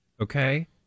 okay